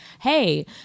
Hey